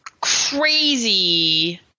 crazy